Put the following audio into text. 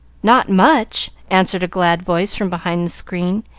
not much! answered a glad voice from behind the screen,